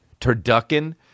Turducken